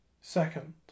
Second